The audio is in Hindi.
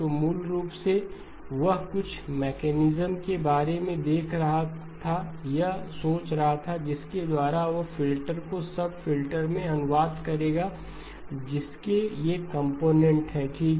तो मूल रूप से वह कुछ मकैनिज्म के बारे में देख रहा था या सोच रहा था जिसके द्वारा वह फिल्टर को सब फिल्टर में अनुवाद करेगा जिसके ये कंपोनेंट हैं ठीक